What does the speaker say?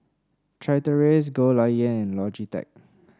Chateraise Goldlion and Logitech